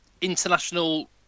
international